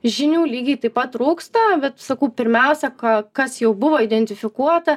žinių lygiai taip pat trūksta bet sakau pirmiausia ką kas jau buvo identifikuota